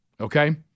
Okay